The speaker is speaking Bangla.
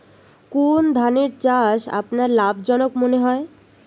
কোন ধানের চাষ আপনার লাভজনক মনে হয়?